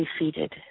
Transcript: defeated